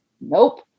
nope